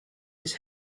his